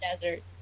desert